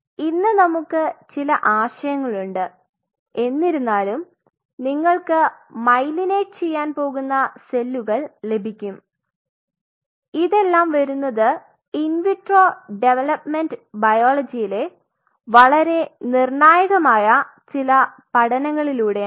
അതിനാൽ ഇന്ന് നമുക്ക് ചില ആശയങ്ങൾ ഉണ്ട് എന്നിരുന്നാലും നിങ്ങൾക്ക് മൈലിനേറ്റ് ചെയ്യാൻ പോകുന്ന സെല്ലുകൾ ലഭിക്കും അതിനാൽ ഇതെല്ലാം വരുന്നത് ഇൻ വിട്രോ ഡെവലപ്മെൻറ് ബയോളജിയിലെ വളരെ നിർണായകമായ ചില പഠനങ്ങളിലൂടെയാണ്